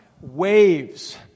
waves